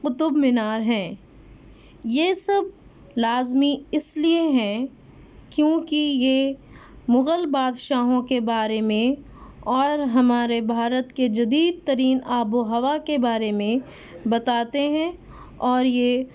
قطب مینار ہیں یہ سب لازمی اس لیے ہیں کیوں کہ یہ مغل بادشاہوں کے بارے میں اور ہمارے بھارت کے جدید ترین آب و ہوا کے بارے میں بتاتے ہیں اور یہ